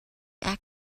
act